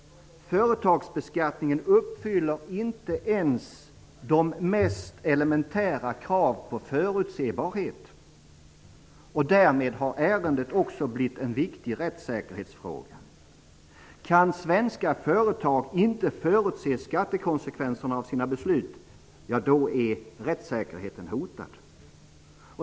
Företagsbeskattningen uppfyller inte ens de mest elementära krav på förutsebarhet. Därmed har ärendet också blivit en viktig rättssäkerhetsfråga. Kan svenska företag inte förutse skattekonsekvenserna av sina beslut är rättssäkerheten hotad.